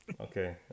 okay